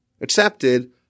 accepted